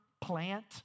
plant